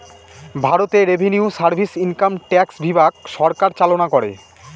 ভারতে revenue service income tax বিভাগ সরকার চালনা করে